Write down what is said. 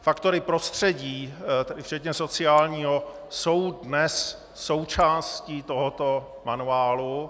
Faktory prostředí včetně sociálního jsou dnes součástí tohoto manuálu.